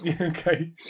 Okay